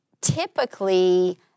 typically